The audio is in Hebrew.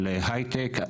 של הייטק.